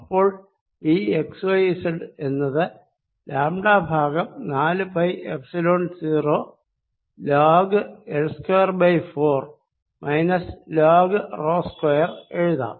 അപ്പോൾ V x yz എന്നത് lambda ഭാഗം നാലു pi epsilon 0 log L2 4 minus log rho square എഴുതാം